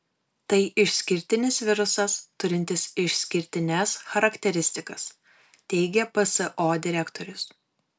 tai išskirtinis virusas turintis išskirtines charakteristikas teigia pso direktorius